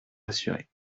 rassuré